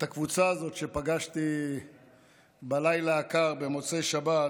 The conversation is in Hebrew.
הקבוצה הזאת שפגשתי בלילה הקר במוצאי שבת,